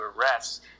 arrests